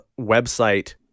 website